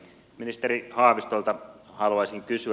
ministeri haavistolta haluaisin kysyä